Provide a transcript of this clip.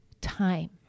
time